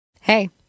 Hey